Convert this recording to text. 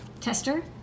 tester